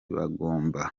bagombaga